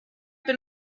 been